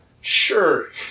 Sure